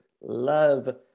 love